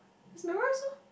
just memorise lor